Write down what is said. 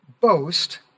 boast